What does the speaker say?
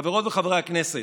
חברות וחברי הכנסת,